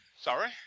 Sorry